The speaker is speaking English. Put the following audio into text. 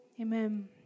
Amen